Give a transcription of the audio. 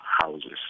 houses